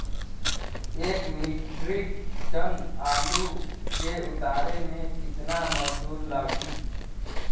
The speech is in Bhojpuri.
एक मित्रिक टन आलू के उतारे मे कितना मजदूर लागि?